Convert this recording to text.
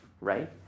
right